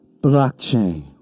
blockchain